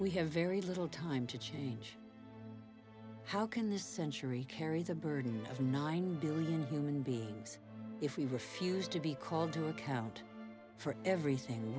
we have very little time to change how can this century carries a burden of nine billion human beings if we refused to be called to account for everything